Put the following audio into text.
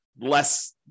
less